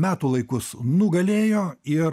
metų laikus nugalėjo ir